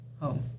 home